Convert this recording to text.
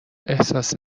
احساس